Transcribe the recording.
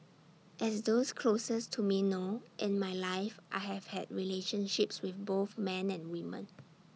as those closest to me know in my life I have had relationships with both men and women